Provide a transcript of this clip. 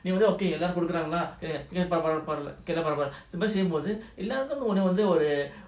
நீவந்து:nee vandhu okay எல்லோரும்கொடுக்குறாங்களா:ellorum kodukurangala err எல்லோருக்கும்உன்னவந்துஒரு:ellorukum unna vandhu oru